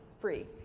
free